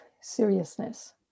seriousness